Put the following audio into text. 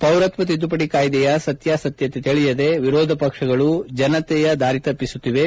ಪೌರತ್ವ ತಿದ್ದುಪಡಿ ಕಾಯ್ದೆಯ ಸತ್ನಾಸತ್ತತೆ ತಿಳಿಯದೆ ವಿರೋಧ ಪಕ್ಷಗಳು ಜನತೆಯ ದಾರಿ ತಪ್ಪಿಸುತ್ತಿವೆ